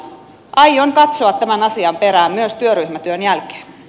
aion katsoa tämän asian perään myös työryhmätyön jälkeen